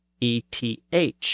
ETH